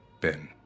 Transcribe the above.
Ben